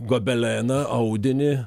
gobeleną audinį